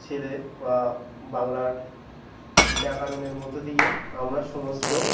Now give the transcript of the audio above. ছেলের বা বাংলার ব্যাকরণের মধ্য দিয়ে আমরা সমস্ত